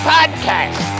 Podcast